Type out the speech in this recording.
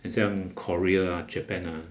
好像 korea ah japan ah